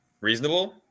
reasonable